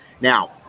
Now